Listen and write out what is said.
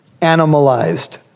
animalized